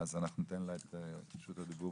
אז אנחנו ניתן לה את רשות הדיבור,